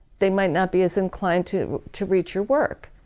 they might not be as inclined to to read your work.